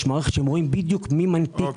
יש מערכת שרואים בדיוק מי מנפיק,